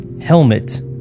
Helmet